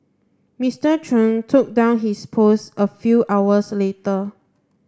Mister Chung took down his post a few hours later